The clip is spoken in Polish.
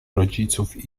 rodziców